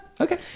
Okay